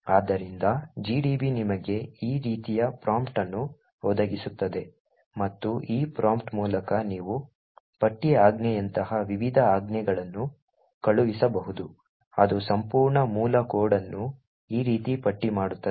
ಆದ್ದರಿಂದ gdb ನಿಮಗೆ ಈ ರೀತಿಯ ಪ್ರಾಂಪ್ಟ್ ಅನ್ನು ಒದಗಿಸುತ್ತದೆ ಮತ್ತು ಈ ಪ್ರಾಂಪ್ಟ್ ಮೂಲಕ ನೀವು ಪಟ್ಟಿ ಆಜ್ಞೆಯಂತಹ ವಿವಿಧ ಆಜ್ಞೆಗಳನ್ನು ಕಳುಹಿಸಬಹುದು ಅದು ಸಂಪೂರ್ಣ ಮೂಲ ಕೋಡ್ ಅನ್ನು ಈ ರೀತಿ ಪಟ್ಟಿ ಮಾಡುತ್ತದೆ